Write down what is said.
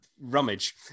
rummage